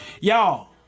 Y'all